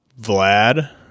Vlad